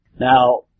Now